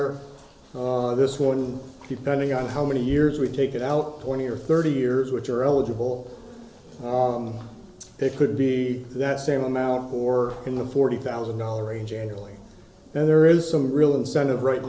on this one depending on how many years we take it out twenty or thirty years which are eligible it could be that same amount or in the forty thousand dollars range annually there is some real incentive right